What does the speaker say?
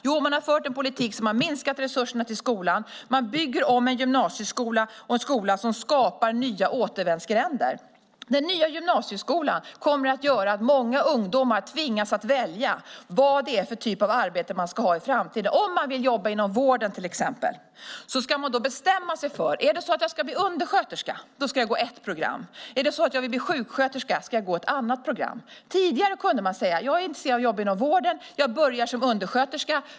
Jo, man har fört en politik som minskat resurserna till skolan. Man bygger om gymnasieskolan och bygger en skola som skapar nya återvändsgränder. Den nya gymnasieskolan kommer att göra att många ungdomar tvingas välja vilken typ av arbete de i framtiden ska ha. Om man vill jobba exempelvis inom vården får man bestämma sig. Ska man bli undersköterska ska man gå ett visst program. Vill man bli sjuksköterska ska man gå ett annat program. Tidigare kunde man säga: Jag är intresserad av att jobba inom vården. Jag börjar som undersköterska.